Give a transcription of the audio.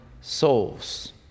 souls